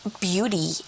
beauty